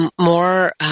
more